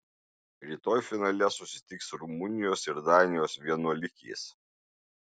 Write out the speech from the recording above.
rytoj finale susitiks rumunijos ir danijos vienuolikės